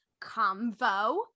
convo